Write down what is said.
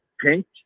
pink